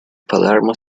palermo